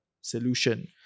solution